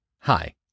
Hi